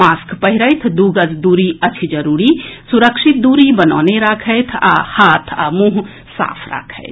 mask पहिरथि दू गज दूरी अछि जरूरी सुरक्षित दूरी बनौने राखथि आ हाथ आ मुंह साफ राखथि